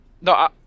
No